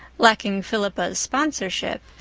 lacking philippa's sponsorship,